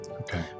Okay